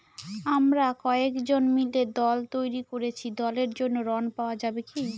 আমরা কয়েকজন মিলে দল তৈরি করেছি দলের জন্য ঋণ পাওয়া যাবে কি?